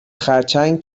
خرچنگ